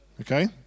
Okay